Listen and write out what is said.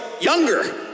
younger